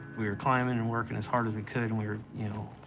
we were climbing and working as hard as we could and we were, you know,